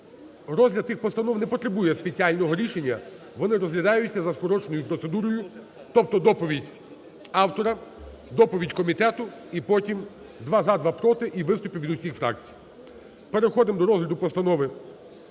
розгляд тих постанов не потребує спеціального рішення, вони розглядаються за скороченою процедурою, тобто доповідь автора, доповідь комітету, і потім "два – за, два – проти", і виступи від усіх фракцій. Переходимо до розгляду постанови